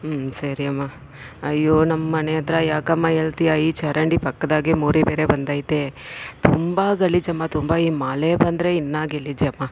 ಹ್ಞೂ ಸರಿ ಅಮ್ಮ ಅಯ್ಯೋ ನಮ್ಮ ಮನೆಹತ್ರ ಯಾಕಮ್ಮ ಹೇಳ್ತೀಯ ಈ ಚರಂಡಿ ಪಕ್ದಾಗೆ ಮೋರಿ ಬೇರೆ ಬಂದೈತೆ ತುಂಬ ಗಲೀಜಮ್ಮ ತುಂಬ ಈ ಮಳೆ ಬಂದರೆ ಇನ್ನೂ ಗಲೀಜಮ್ಮ